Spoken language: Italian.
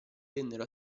vennero